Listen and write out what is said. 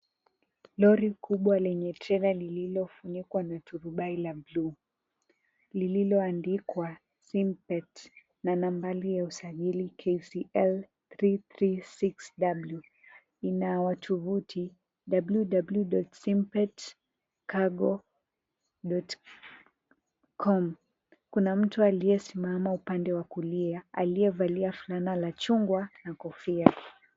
Lori kubwa lenye trela lililofunikwa na turubai la blue , lililoandikwa simpet na nambari ya usajili KCL 336W ina watovuti, www.simpetcargo.com. Kuna mtu aliyesimama upande wa kulia, aliyevalia fulana la chungwa na kofia.